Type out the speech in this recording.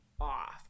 off